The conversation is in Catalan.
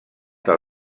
del